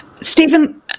Stephen